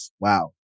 wow